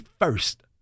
first